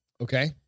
Okay